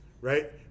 right